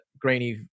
grainy